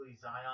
Zion